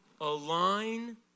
Align